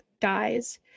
dies